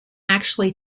actually